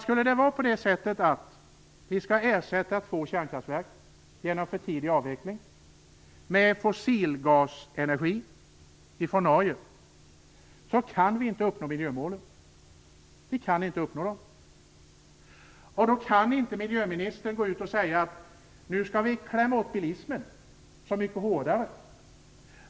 Skulle vi genom för tidig avveckling ersätta två kärnkraftverk med fossilgasenergi från Norge kan vi inte uppnå miljömålen. Då kan inte miljöministern gå ut och säga: Nu skall vi klämma åt bilismen så mycket hårdare.